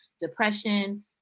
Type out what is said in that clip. depression